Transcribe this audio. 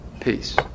peace